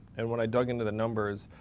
and when i dug into the numbers,